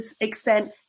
extent